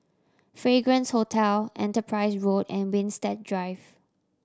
Fragrance Hotel Enterprise Road and Winstedt Drive